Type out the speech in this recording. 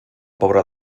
pobra